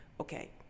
okay